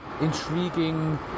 intriguing